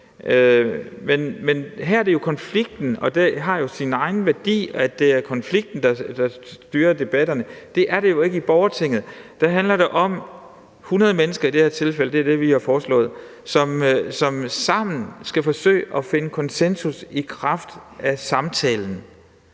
der styrer debatterne. Og det har jo sin egen værdi, at det er det. Men det er det jo ikke i borgertinget. Der handler det om, at – i det her tilfælde 100 mennesker; det er det, vi har foreslået – sammen skal forsøge at finde konsensus i kraft af samtalen.